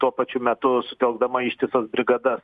tuo pačiu metu sutelkdama ištisas brigadas